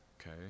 okay